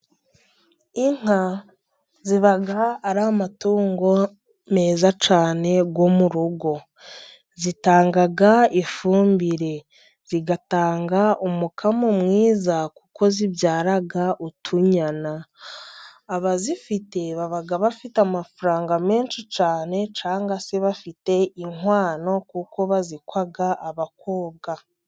Inka ziba ari amatungo meza cyane yo mu rugo, zitanga ifumbire, zigatanga umukamo mwiza kuko zibyara utunyana, abazifite baba bafite amafaranga menshi cyane cyangwa se bafite inkwano kuko bazikwaga abakobwa.